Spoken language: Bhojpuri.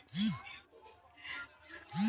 कृषि खातिर लोन मिले ला का करि तनि बताई?